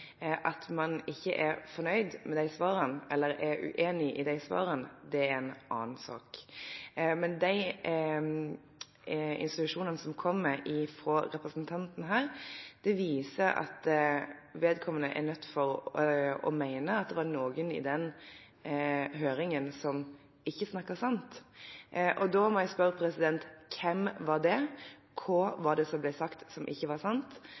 At man ikke er fornøyd med de svarene eller er uenig i de svarene, er en annen sak. Men de insinuasjonene som kommer fra representanten, viser at vedkommende er nødt til å mene at det var noen i den høringen som ikke snakket sant. Da må jeg spørre: Hvem var det? Hva var det som ble sagt som ikke var sant?